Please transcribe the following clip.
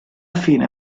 fine